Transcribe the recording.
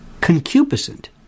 concupiscent